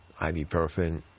ibuprofen